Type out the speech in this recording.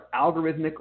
algorithmic